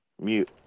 mute